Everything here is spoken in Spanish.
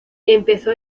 empezó